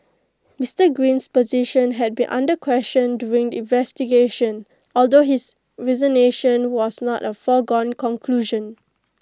Mister Green's position had been under question during the investigation although his resignation was not A foregone conclusion